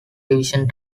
division